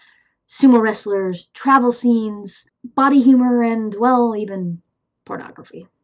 sumo wrestlers, travel scenes, body humor, and, well, even pornography.